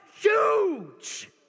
huge